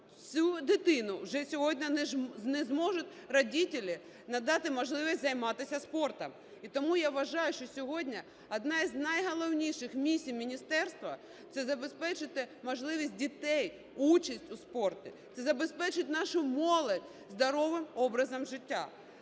цій дитині вже сьогодні не зможуть родители надати можливість займатися спортом. І тому я вважаю, що сьогодні одна із найголовніших місій міністерства – це забезпечити можливість дітей участі у спорті, це забезпечити нашу молодь здоровим образом життя.